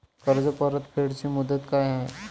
कर्ज परतफेड ची मुदत काय आहे?